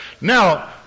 Now